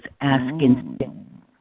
asking